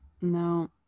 no